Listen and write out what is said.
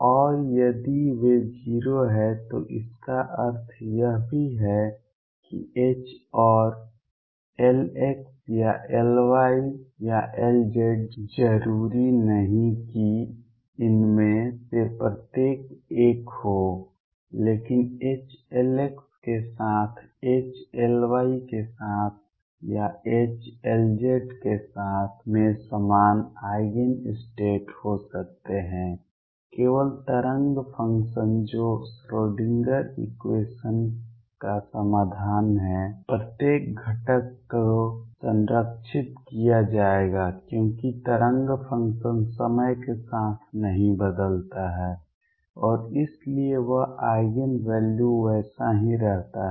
और यदि वे 0 हैं तो इसका अर्थ यह भी है कि H और Lx या Ly या Lz जरूरी नहीं कि इनमें से प्रत्येक एक हो लेकिन H Lx के साथ H Ly के साथ या H Lz के साथ में समान आइगेन स्टेट हो सकते हैं केवल तरंग फ़ंक्शन जो श्रोडिंगर इक्वेशन Schrödinger equation का समाधान है प्रत्येक घटक को संरक्षित किया जाएगा क्योंकि तरंग फ़ंक्शन समय के साथ नहीं बदलता है और इसलिए वह आइगेन वैल्यू वैसा ही रहता है